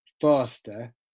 faster